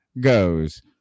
goes